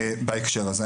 בהקשר הזה.